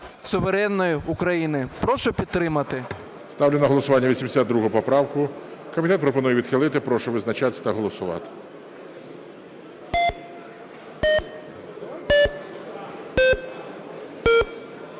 суверенної України. Прошу підтримати. ГОЛОВУЮЧИЙ. Ставлю на голосування 82 поправку. Комітет пропонує відхилити. Прошу визначатися та голосувати.